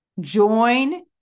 Join